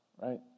Right